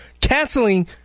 canceling